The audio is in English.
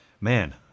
man